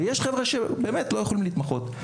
ויש חבר'ה שבאמת לא יכולים להתמחות.